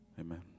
amen